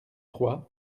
trois